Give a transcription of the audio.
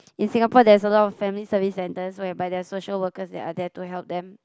in Singapore there's a lot of family service centers whereby there are social workers that are there to help them